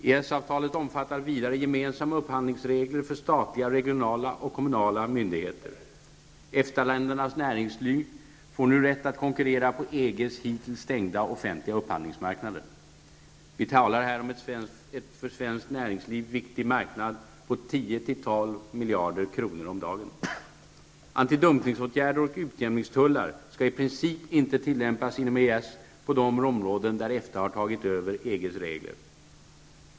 EES-avtalet omfattar vidare gemensamma upphandlingsregler för statliga, regionala och kommunala myndigheter. EFTA-ländernas näringsliv får nu rätt att konkurrera på EGs hittills stängda offentliga upphandlingsmarknader. Vi talar här om en för svenskt näringsliv viktig marknad på 10--12 miljarder kronor om dagen. -- Antidumpingsåtgärder och utjämningstullar skall i princip inte tillämpas inom EES på de områden där EFTA tagit över EG-reglerna fullt ut.